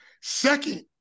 Second